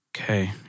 Okay